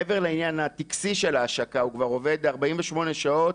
מעבר לעניין הטקסי של ההשקה, הוא כבר עובד 48 שעות